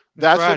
that's.